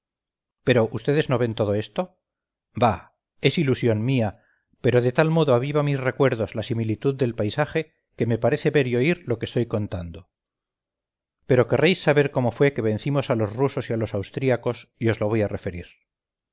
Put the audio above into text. pero vds no ven todo esto bah es ilusión mía pero de tal modo aviva mis recuerdos la similitud del paisaje que me parece ver y oír lo que estoy contando pero querréis saber cómo fue que vencimos a los rusos y a los austriacos y os lo voy a referir